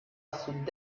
sud